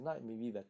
orh